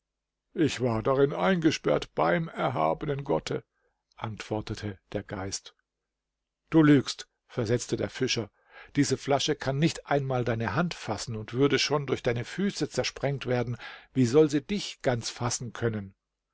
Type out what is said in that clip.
ich war darin eingesperrt beim erhabenen gotte antwortete der geist du lügst versetzte der fischer diese flasche kann nicht einmal deine hand fassen und würde schon durch deine füße zersprengt werden wie soll sie dich ganz fassen können